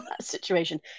situation